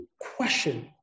question